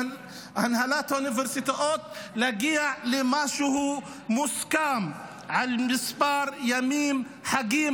לבין הנהלות האוניברסיטאות אפשר להגיע למשהו מוסכם על מספר ימי חגים